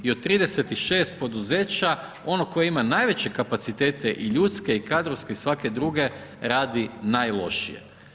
I od 36 poduzeća ono koje ima najveće kapacitete i ljudske i kadrovske i sva druge, radi najlošije.